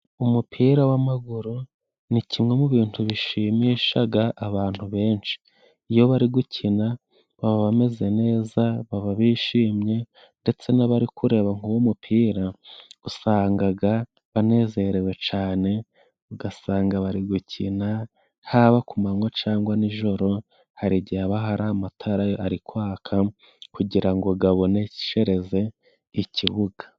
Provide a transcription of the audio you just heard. Umupira w'amaguru ni kimwe mu bintu bishimishaga abantu benshi. Iyo bari gukina baba bameze neza, baba bishimye ndetse n'abari kureba nk'umupira usangaga banezerewe cane, ugasanga bari gukina haba ku manywa cangwa nijoro. Hari igihe haba hari amatara ari kwaka kugira ngo gaboneshereze ikibuga.